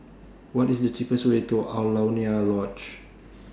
What IS The cheapest Way to Alaunia Lodge